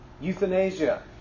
euthanasia